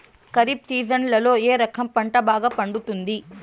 ఖరీఫ్ సీజన్లలో ఏ రకం పంట బాగా పండుతుంది